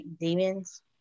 demons